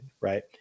right